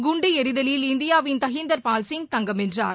குண்டு எறிதலில் இந்தியாவின் தஹிந்தர் பால் சிங் தங்கம் வென்றார்